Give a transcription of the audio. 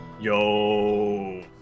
Yo